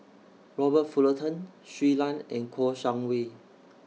Robert Fullerton Shui Lan and Kouo Shang Wei